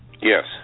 Yes